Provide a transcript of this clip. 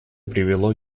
привело